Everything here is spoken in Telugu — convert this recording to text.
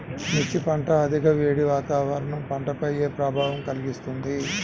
మిర్చి పంట అధిక వేడి వాతావరణం పంటపై ఏ ప్రభావం కలిగిస్తుంది?